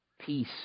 Peace